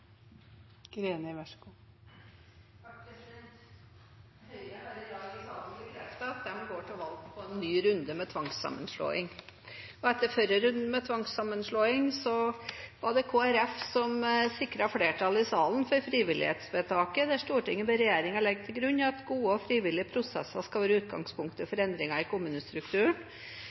Høyre har i salen i dag bekreftet at de går til valg på en ny runde med tvangssammenslåing. Etter den forrige runden med tvangssammenslåing var det Kristelig Folkeparti som sikret flertall i salen for frivillighetsvedtaket, der Stortinget ber regjeringen legge til grunn at gode og frivillige prosesser skal være utgangspunktet for endringer i kommunestrukturen,